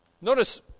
Notice